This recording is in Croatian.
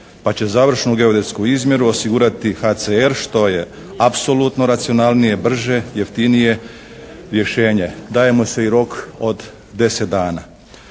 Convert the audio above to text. pa će završnu geodetsku izmjeru osigurati HCR što je apsolutno racionalnije, brže, jeftinije rješenje. Daje mu se i rok od deset dana.